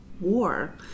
war